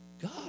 God